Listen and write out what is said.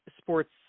sports